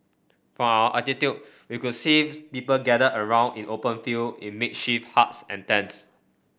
from our altitude we could see people gathered around in open field in makeshift huts and tents